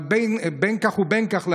אבל בין כך ובין כך,